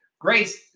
Grace